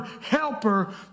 helper